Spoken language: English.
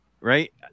Right